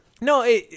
No